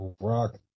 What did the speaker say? Rock